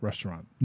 Restaurant